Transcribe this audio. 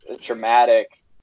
dramatic